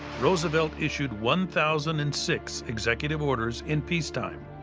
roosevelt issued one thousand and six executive orders in peacetime.